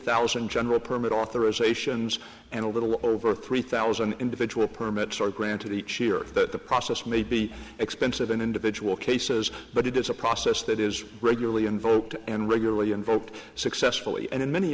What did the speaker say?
thousand general permit authorizations and a little over three thousand individual permits are granted each year that the process may be expensive in individual cases but it is a process that is regularly invoked and regularly invoked successfully and in many